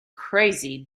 crazy